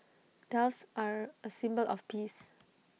doves are A symbol of peace